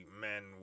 men